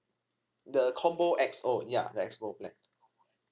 the combo X O ya the X O plan